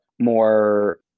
more